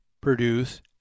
produce